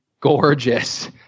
gorgeous